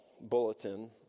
bulletin